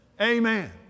Amen